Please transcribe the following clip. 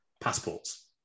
passports